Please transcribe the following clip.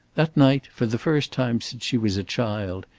that night, for the first time since she was a child,